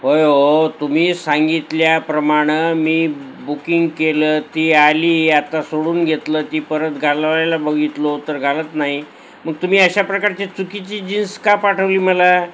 होय हो तुम्ही सांगितल्याप्रमाणं मी बुकिंग केलं ती आली आता सोडून घेतलं ती परत घालवायला बघितलो तर घालत नाही मग तुम्ही अशा प्रकारची चुकीची जीन्स का पाठवली मला